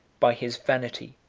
by his vanity,